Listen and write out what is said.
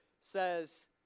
says